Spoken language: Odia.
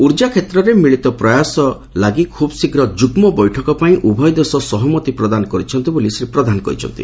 ଉର୍ଜା ଷେତ୍ରରେ ମିଳିତ ପ୍ରୟାସ ପ୍ରୟାସ ଲାଗି ଖୁବ୍ ଶୀଘ୍ର ଯୁଗ୍ମ ବେିଠକ ପାଇଁ ଉଭୟ ଦେଶ ସହମତି ପ୍ରଦାନ କରିଛନ୍ତି ବୋଲି ଶ୍ରୀ ପ୍ରଧାନ କହିଛନ୍ତି